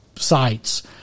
sites